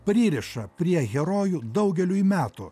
pririša prie herojų daugeliui metų